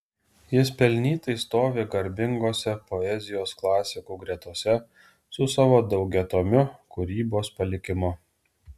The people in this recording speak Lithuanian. jis pelnytai stovi garbingose poezijos klasikų gretose su savo daugiatomiu kūrybos palikimu